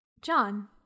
John